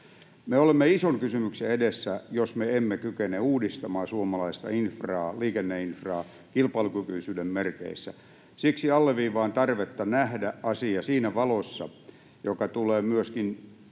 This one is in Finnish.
Me olemme ison kysymyksen edessä, jos me emme kykene uudistamaan suomalaista liikenneinfraa kilpailukykyisyyden merkeissä. Siksi alleviivaan tarvetta nähdä asia siinä valossa, joka tulee myöskin